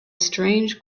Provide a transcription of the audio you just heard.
strange